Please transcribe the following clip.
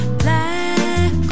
black